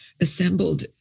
assembled